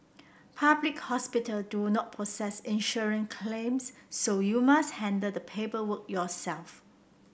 public hospital do not process claims so you must handle the paperwork yourself